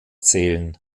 zählen